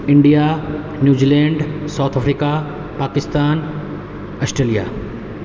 India New Zealand South Africa Pakistan Australia